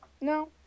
No